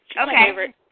Okay